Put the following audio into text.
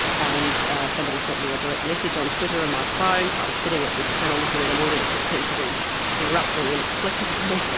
and somebody sent me a direct message on twitter on my phone so i'm sitting at this panel looking at an audience that seemed to be erupting inexplicably,